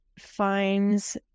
finds